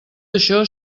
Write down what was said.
això